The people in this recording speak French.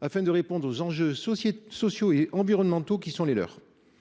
afin de répondre aux enjeux sociaux et environnementaux qui sont les leurs.